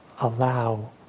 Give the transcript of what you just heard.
allow